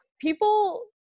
people